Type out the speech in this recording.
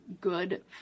good